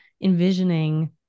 envisioning